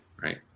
right